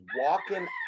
walking